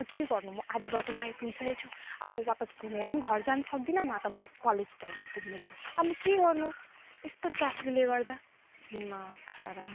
अब के गर्नु म आधी बाटोमा आइपुगिसकेछु अब म वापस घुमेर पनि घर जान सक्दिनँ न त म कलेज टाइममा पुग्नेछु अनि के गर्नु यस्तो ट्राफिकले गर्दा दिमाग खराब